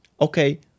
okay